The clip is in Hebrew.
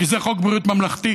כי זה חוק בריאות ממלכתי.